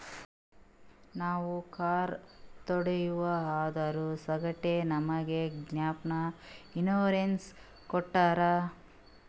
ನಾವ್ ಕಾರ್ ತೊಂಡಿವ್ ಅದುರ್ ಸಂಗಾಟೆ ನಮುಗ್ ಗ್ಯಾಪ್ ಇನ್ಸೂರೆನ್ಸ್ ಕೊಟ್ಟಾರ್